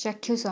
ଚାକ୍ଷୁଷ